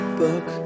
book